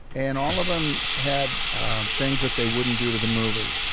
and all of them had things that they wouldn't do to the movie.